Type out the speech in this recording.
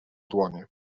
dłonie